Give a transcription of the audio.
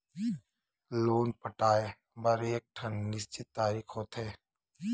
loan पटाए बर एकठन निस्चित तारीख होथे